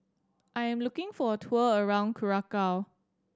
I am looking for a tour around Curacao